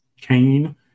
Cain